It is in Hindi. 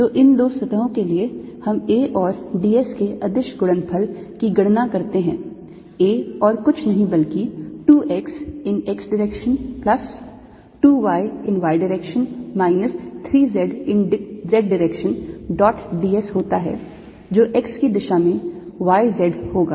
तो इन दो सतहों के लिए हम A और d s के अदिश गुणनफल की गणना करते हैं A और कुछ नहीं बल्कि 2 x in x direction plus 2 y in y direction minus 3 z in z direction dot d s होता है जो x की दिशा में d y d z होगा